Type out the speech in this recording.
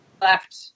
left